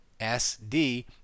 SD